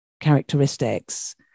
characteristics